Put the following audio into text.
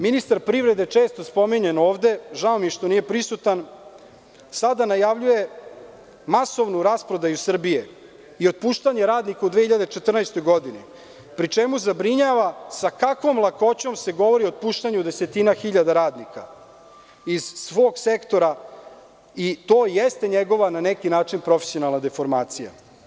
Ministar privrede, često spominjan ovde, žao mi je što nije prisutan, sada najavljuje masovnu rasprodaju Srbije i otpuštanje radnika u 2014. godini, pri čemu zabrinjava sa kakvom lakoćom se govori o otpuštanju desetina hiljada radnika iz svog sektora i to jeste njegova, na neki način, profesionalna deformacija.